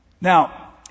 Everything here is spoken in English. Now